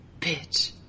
Bitch